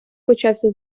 почався